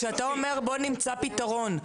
כשאתה אומר בואו נמצא פתרון,